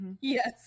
yes